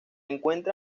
encuentra